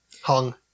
hung